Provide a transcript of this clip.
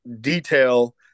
detail